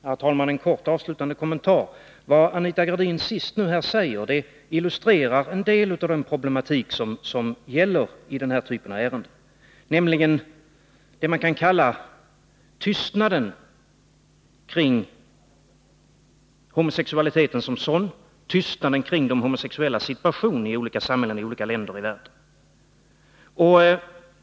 Herr talman! Bara en kort, avslutande kommentar: Vad Anita Gradin sist sade illustrerar en del av den problematik som finns i den här typen av ärenden, nämligen det man skulle kunna kalla tystnaden kring homosexua liteten som sådan och kring de homosexuellas situation i olika länder i världen.